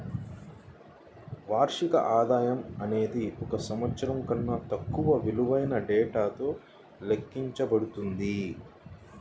వార్షిక ఆదాయం అనేది ఒక సంవత్సరం కన్నా తక్కువ విలువైన డేటాతో లెక్కించబడుతుంది